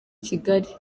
kigali